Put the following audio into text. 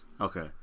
Okay